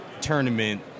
tournament